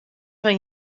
fan